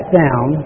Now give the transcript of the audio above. down